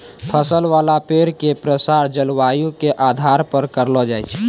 फल वाला पेड़ के प्रसार जलवायु के आधार पर करलो जाय छै